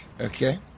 Okay